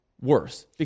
worse